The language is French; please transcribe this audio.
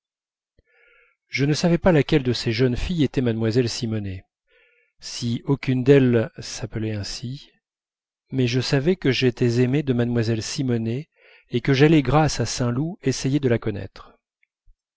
je ne savais pas laquelle de ces jeunes filles était mlle simonet si aucune d'elles s'appelait ainsi mais je savais que j'étais aimé de mlle simonet et que j'allais grâce à saint loup essayer de la connaître